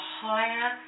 higher